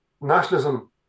Nationalism